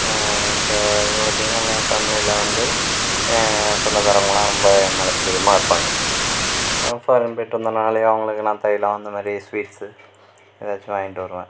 இப்போ பார்த்திங்கன்னா என் ஃபேமிலியில் வந்து என் சொந்தக்காரங்களாம் ரொம்ப என் மேல் பிரியமாக இருப்பாங்க ஃபாரின் போய்ட்டு வந்தன்னாலே அவங்களுக்கெல்லாம் தைலம் அந்தமாரி ஸ்வீட்ஸு எதாச்சும் வாங்கிகிட்டு வருவேன்